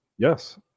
Yes